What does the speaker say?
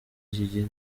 iki